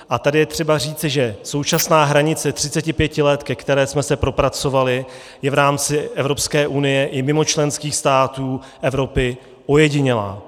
A tady je třeba říci, že současná hranice 35 let, ke které jsme se propracovali, je v rámci Evropské unie i mimo členských států Evropy ojedinělá.